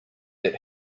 that